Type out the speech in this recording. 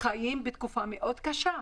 חיים בתקופה מאוד קשה.